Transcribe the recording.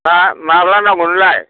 दा माब्ला नांगौ नोंनोलाय